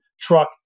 truck